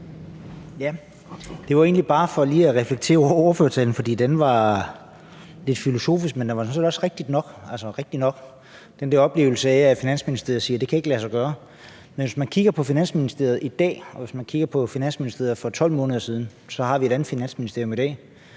egentlig bare for lige at reflektere over ordførertalen, for den var lidt filosofisk. Men det er selvfølgelig også rigtigt nok, altså den der oplevelse af, at Finansministeriet siger, at det ikke kan lade sig gøre. Men hvis man kigger på Finansministeriet i dag, og hvis man kigger på Finansministeriet for 12 måneder siden, så har vi et andet Finansministerium i dag.